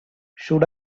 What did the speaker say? should